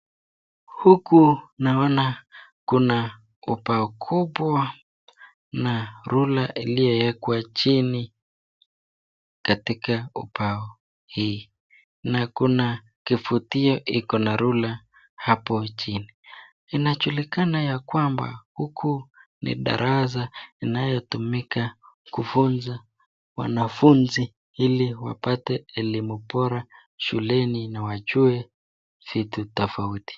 Huku naona kuna ubao kubwa na rula iliyowekwa jini katika ubao hii na kuna kifutio iko na rula hapo jini. Inajulikana ya kwamba huku ni darasa inayotumika kufunza wanafunzi ili wapate elimu bora shuleni na wajue vitu tofauti.